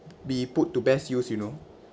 be put to best use you know